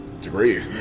Degree